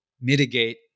mitigate